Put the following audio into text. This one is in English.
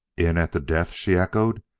in at the death! she echoed,